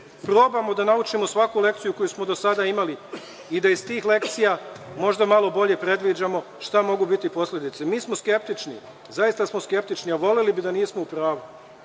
probamo da naučimo svaku lekciju koju smo do sada imali i da iz tih lekcija možda malo bolje predviđamo šta mogu biti posledice. Mi smo skeptični, zaista smo skeptični, ali voleli bi da nismo u pravu.